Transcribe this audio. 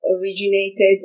originated